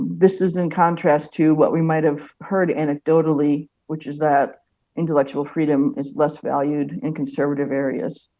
this is in contrast to what we might have heard anecdotally, which is that intellectual freedom is less valued in conservative areas.